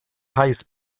heiß